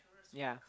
ya